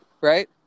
Right